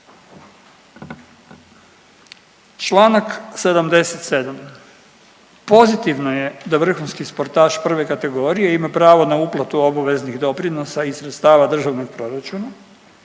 Članak 77. pozitivno je da vrhunski sportaš prve kategorije ima pravo na uplatu obaveznih doprinosa iz sredstava Državnog proračuna.